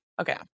Okay